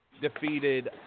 defeated